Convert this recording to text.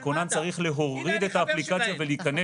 אתה מכיר את זה: הכונן צריך להוריד את האפליקציה ולהיכנס אליה.